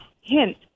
hint